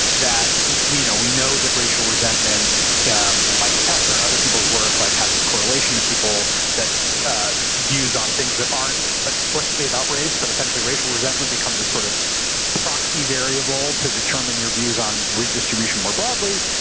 that we know we know that racial resentment yeah in michael tesler and other people's work like has this correlation to people that ah views on things that aren't explicitly about race, but essentially racial resentment becomes a sort of proxy variable to determine your views on redistribution more broadly.